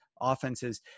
offenses